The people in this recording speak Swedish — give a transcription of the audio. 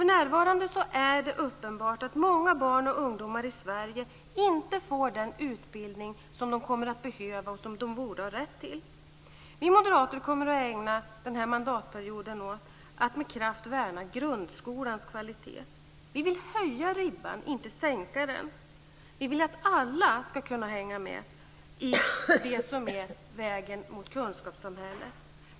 För närvarande är det uppenbart att många barn och ungdomar i Sverige inte får den utbildning som de kommer att behöva och som de borde ha rätt till. Vi moderater kommer att ägna den här mandatperioden åt att med kraft värna grundskolans kvalitet. Vi vill höja ribban, inte sänka den. Vi vill att alla ska kunna hänga med på vägen mot kunskapssamhället.